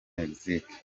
mexique